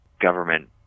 government